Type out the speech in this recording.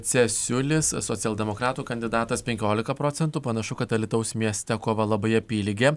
cesiulis socialdemokratų kandidatas penkiolika procentų panašu kad alytaus mieste kova labai apylygė